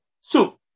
soup